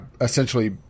essentially